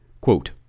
Quote